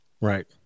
right